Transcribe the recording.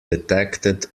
detected